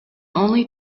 only